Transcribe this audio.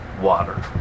water